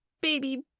baby